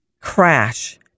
crash